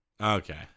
Okay